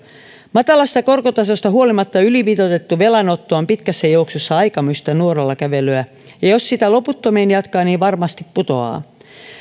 matalasta korkotasosta huolimatta ylimitoitettu velanotto on pitkässä juoksussa aikamoista nuorallakävelyä ja ja jos sitä loputtomiin jatkaa niin varmasti putoaa